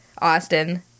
Austin